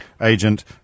agent